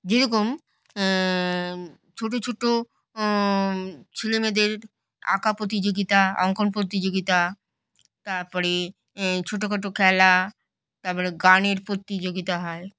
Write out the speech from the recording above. যেরকম ছোট ছোট ছেলেমেয়েদের আঁকা প্রতিযোগিতা অঙ্কন প্রতিযোগিতা তার পরে ছোটখাটো খেলা তার পরে গানের প্রতিযোগিতা হয়